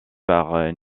par